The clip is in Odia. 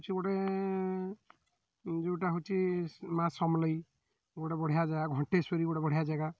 ଅଛି ଗୋଟେ ଯେଉଁଟା ହଉଚି ମାଆ ସମଲେଇ ଗୋଟେ ବଢ଼ିଆ ଜାଗା ଘଣ୍ଟେଶ୍ଵରୀ ଗୋଟେ ବଢ଼ିଆ ଜାଗା